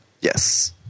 Yes